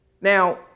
Now